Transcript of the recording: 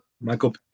Michael